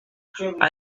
think